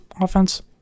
offense